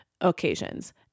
Occasions